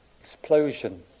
explosion